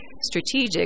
strategic